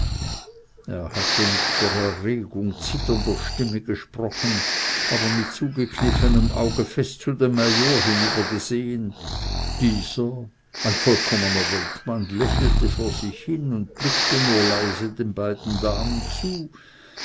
er hatte mit vor erregung zitternder stimme gesprochen aber mit zugekniffenem auge fest zu dem major hinübergesehen dieser ein vollkommener weltmann lächelte vor sich hin und blinkte nur leise den beiden damen zu